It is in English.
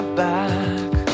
back